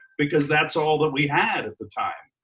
because that's all that we had at the time.